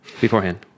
Beforehand